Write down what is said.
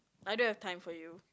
I don't have time for you